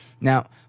Now